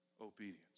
obedience